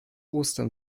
ostern